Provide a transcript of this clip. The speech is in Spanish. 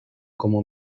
como